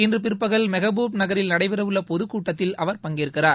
இன்று பிற்பகல் மெகபூப் நகரில் நடைபெறவுள்ள பொதுக்கூட்டத்தில் அவர் பங்கேற்கிறார்